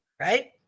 right